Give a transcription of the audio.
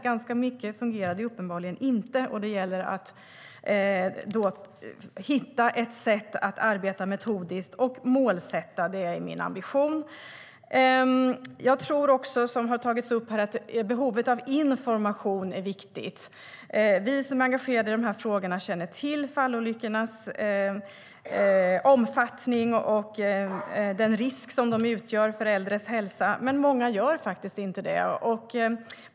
Ganska mycket fungerade uppenbarligen inte, och det gäller att hitta ett sätt att arbeta metodiskt och målsätta. Det är min ambition. Som har tagits upp här tror jag också att behovet av information är viktigt. Vi som är engagerade i frågorna känner till fallolyckornas omfattning och den risk som de utgör för äldres hälsa. Men många gör inte det.